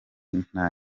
nta